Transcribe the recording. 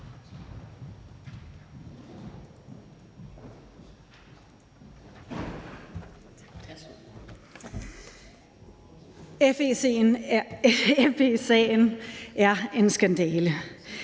FE-sagen er en skandale